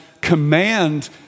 command